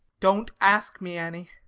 don't ask me, annie.